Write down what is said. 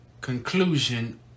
conclusion